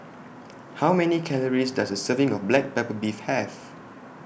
How Many Calories Does A Serving of Black Pepper Beef Have